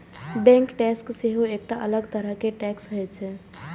bank tax सेहो एकटा अलग तरह टैक्स होइ छै